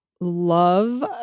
Love